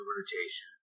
rotation